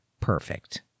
perfect